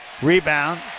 Rebound